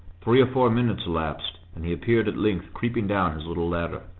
three or four minutes elapsed, and he appeared at length creeping down his little ladder.